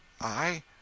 I—